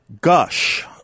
gush